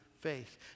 faith